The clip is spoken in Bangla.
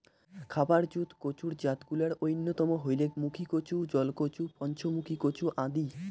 খাবার জুত কচুর জাতগুলার অইন্যতম হইলেক মুখীকচু, জলকচু, পঞ্চমুখী কচু আদি